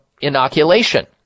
inoculation